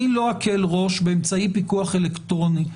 אני לא אקל ראש באמצעי פיקוח אלקטרוני.